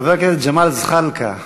חבר הכנסת ג'מאל זחאלקה,